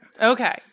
Okay